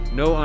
no